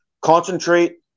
concentrate